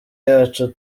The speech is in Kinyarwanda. yacu